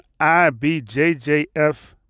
IBJJF